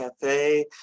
Cafe